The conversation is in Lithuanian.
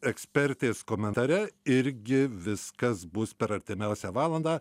ekspertės komentare irgi viskas bus per artimiausią valandą